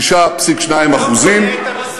ומה עם, העני, 6.2% אני לא קונה את המספר הזה.